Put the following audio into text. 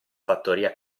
fattoria